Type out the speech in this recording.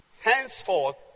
Henceforth